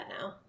now